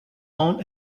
own